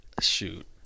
Shoot